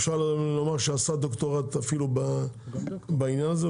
אפשר לבוא ולומר שעשה דוקטורט אפילו בעניין הזה.